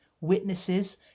witnesses